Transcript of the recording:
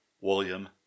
William